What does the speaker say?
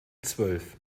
zwölf